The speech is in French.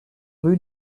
rue